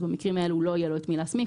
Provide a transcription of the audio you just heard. כך שבמקרים האלה לא יהיה לו את מי להסמיך